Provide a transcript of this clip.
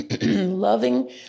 loving